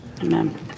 Amen